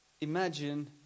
Imagine